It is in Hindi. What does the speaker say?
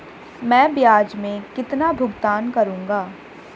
मैं ब्याज में कितना भुगतान करूंगा?